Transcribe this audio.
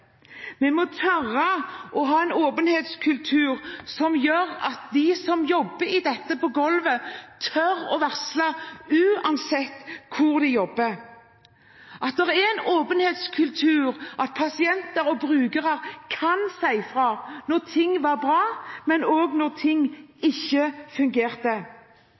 Vi må tørre å ha en åpenhetskultur som gjør at de som jobber i dette, på gulvet, tør å varsle uansett hvor de jobber – at det er en åpenhetskultur hvor pasienter og brukere kan si ifra når ting er bra, men også når ting ikke